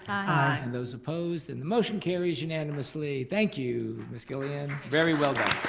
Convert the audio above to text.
aye. and those opposed, and the motion carries unanimously. thank you, ms. gillian, very well done.